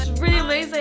really